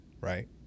right